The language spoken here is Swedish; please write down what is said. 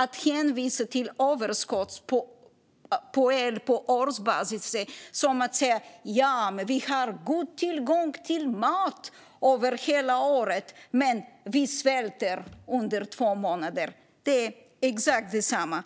Att hänvisa till överskott på el på årsbasis är som att säga att vi har god tillgång till mat över hela året men svälter under två månader. Det är exakt detsamma.